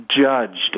judged